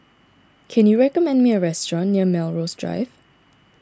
can you recommend me a restaurant near Melrose Drive